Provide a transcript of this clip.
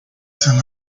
san